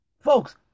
Folks